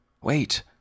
Wait